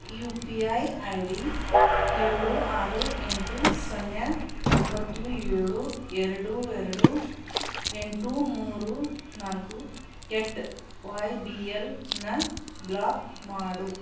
you P I I D ಏಳು ಆರು ಎಂಟು ಶೂನ್ಯ ಒಂಬತ್ತು ಏಳು ಎರಡು ಎರಡು ಎಂಟು ಮೂರು ನಾಲ್ಕು ಎಟ್ ವೈ ಬಿ ಎಲ್ ನ ಬ್ಲಾಕ್ ಮಾಡು